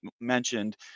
mentioned